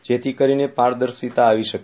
જેથી કરીને પારદર્શિકતા આવી શકે